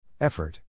Effort